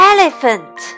Elephant